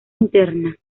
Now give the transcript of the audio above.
interna